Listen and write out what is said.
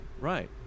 Right